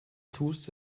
tust